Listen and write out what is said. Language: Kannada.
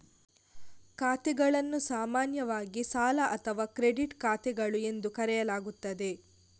ಖಾತೆಗಳನ್ನು ಸಾಮಾನ್ಯವಾಗಿ ಸಾಲ ಅಥವಾ ಕ್ರೆಡಿಟ್ ಖಾತೆಗಳು ಎಂದು ಕರೆಯಲಾಗುತ್ತದೆ